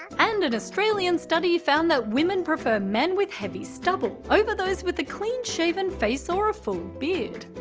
and an australian study found that women prefer men with heavy stubble, over those with a clean-shaven face or a full beard.